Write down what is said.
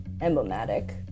emblematic